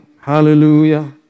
hallelujah